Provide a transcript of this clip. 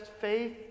faith